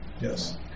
Yes